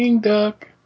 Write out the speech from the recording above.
Duck